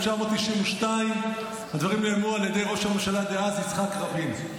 1992. הדברים נאמרו על ידי ראש הממשלה דאז יצחק רבין,